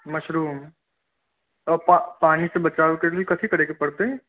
mushroom त पानी सँ बचाबय के लेल कथि करै परतै